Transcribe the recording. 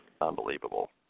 Unbelievable